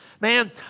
Man